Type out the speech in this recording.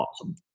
Awesome